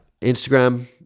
Instagram